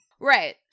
Right